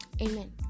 amen